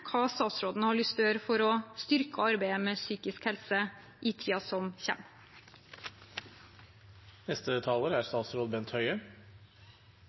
Hva har statsråden lyst til å gjøre for å styrke arbeidet med psykisk helse i tiden som